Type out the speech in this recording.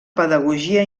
pedagogia